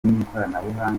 n’ikoranabuhanga